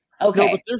Okay